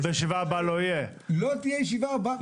לא תהיה ישיבה הבאה.